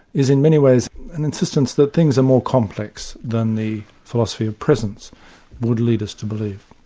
is in many ways an insistence that things are more complex than the philosophy of presence would lead us to believe.